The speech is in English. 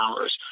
hours